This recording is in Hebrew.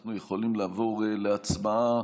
אנחנו יכולים לעבור להצבעה